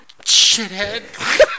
shithead